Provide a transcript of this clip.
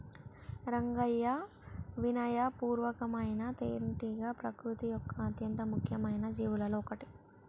రంగయ్యా వినయ పూర్వకమైన తేనెటీగ ప్రకృతి యొక్క అత్యంత ముఖ్యమైన జీవులలో ఒకటి